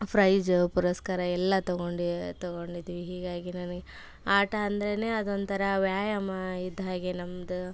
price ಪುರಸ್ಕಾರ ಎಲ್ಲ ತೊಗೊಂಡು ತೊಗೊಂಡಿದ್ದೀವಿ ಹೀಗಾಗಿ ನನಗೆ ಆಟ ಅಂದ್ರೇ ಅದೊಂಥರ ವ್ಯಾಯಾಮ ಇದ್ದ ಹಾಗೆ ನಮ್ಮದು